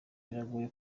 biragoye